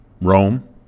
rome